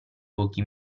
pochi